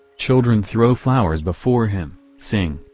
children throw flowers before him, sing,